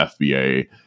FBA